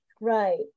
Right